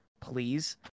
please